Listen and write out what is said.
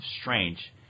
strange